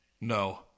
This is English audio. No